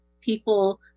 people